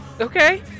Okay